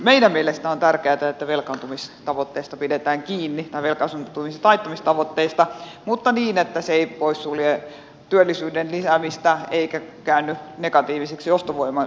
meidän mielestämme on tärkeää että velkaantumisen taittamistavoitteista pidetään kiinni ja vetää sen tulisi taittamistavoitteista mutta niin että se ei poissulje työllisyyden lisäämistä eikä käänny negatiiviseksi ostovoiman kohdalta